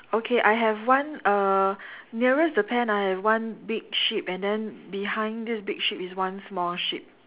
okay I have one uh nearest the pan I have one big sheep and then behind this big sheep is one small sheep